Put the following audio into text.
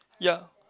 yeah